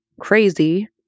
crazy